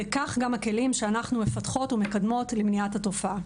וכך גם הכלים שאנחנו מפתחות ומקדמות למניעת התופעה.